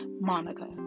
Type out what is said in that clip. Monica